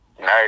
Nice